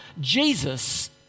Jesus